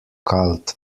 kalt